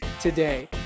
today